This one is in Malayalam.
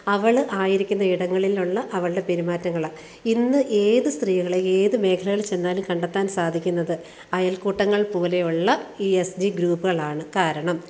അവൾ ആയിരിക്കുന്ന ഇടങ്ങളിലുള്ള അവളുടെ പെരുമാറ്റങ്ങളാണ് ഇന്ന് ഏത് സ്ത്രീകളെയും ഏത് മേഖലകളിൽ ചെന്നാലും കണ്ടെത്താൻ സാധിക്കുന്നത് അയൽക്കൂട്ടങ്ങൾ പോലെയുള്ള ഈ എസ് എസ് ജി ഗ്രൂപ്പുകളാണ് കാരണം